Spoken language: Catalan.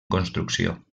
construcció